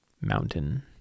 Mountain